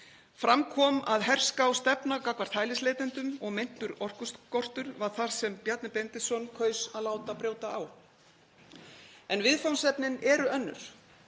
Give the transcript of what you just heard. Fram kom að herská stefna gagnvart hælisleitendum og meintur orkuskortur var þar sem Bjarni Benediktsson kaus að láta brjóta á. En viðfangsefnin eru önnur,